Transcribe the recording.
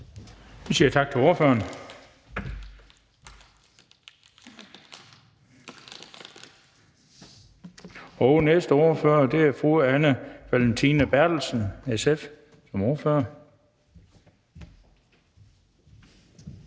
Vi siger tak til ordføreren. Næste ordfører er fru Anne Valentina Berthelsen, SF. Værsgo.